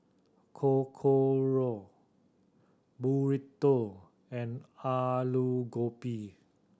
Korokke Burrito and Alu Gobi